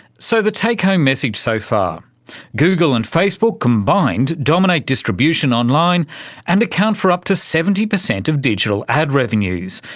so, the take-home message so far google and facebook, combined, dominate distribution online and account for up to seventy percent of digital ad revenues,